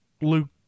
Luke